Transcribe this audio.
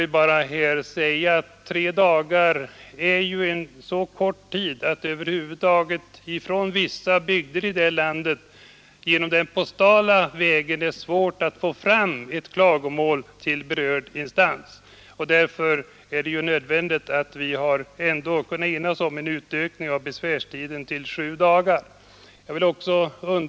Vi anser att tre dagar är så kort tid att det kan bli svårt för människor i vissa bygder i detta land att inom den tiden på den postala vägen få fram ett klagomål till berörd instans. Utskottet har till sju dagar.